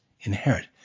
inherit